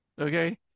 Okay